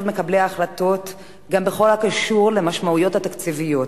מקבלי ההחלטות גם בכל הקשור למשמעויות התקציביות.